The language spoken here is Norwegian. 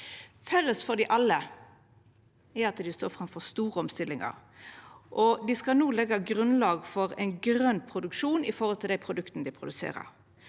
Felles for dei alle er at dei står framfor store omstillingar. Dei skal no leggja grunnlag for ein grøn produksjon av dei produkta dei produserer.